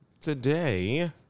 today